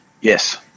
Yes